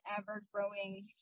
ever-growing